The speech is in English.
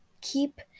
keep